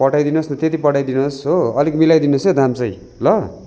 पठाइदिनुहोस् न त्यति पठाइदिनुहोस् हो अलिक मिलाइदिनुहोस् है दाम चाहिँ ल